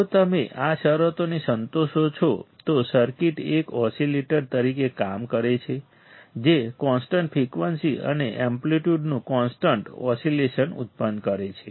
જો તમે આ શરતોને સંતોષો છો તો સર્કિટ એક ઓસિલેટર તરીકે કામ કરે છે જે કોન્સ્ટન્ટ ફ્રિકવન્સી અને એમ્પ્લિટ્યૂડનું કોન્સ્ટન્ટ ઓસિલેશન ઉત્પન્ન કરે છે